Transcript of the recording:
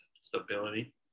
stability